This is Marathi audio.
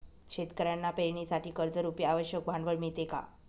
शेतकऱ्यांना पेरणीसाठी कर्जरुपी आवश्यक भांडवल मिळते का?